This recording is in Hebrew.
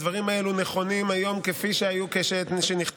והדברים האלו נכונים היום כפי שהיו כשנכתבו.